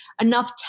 enough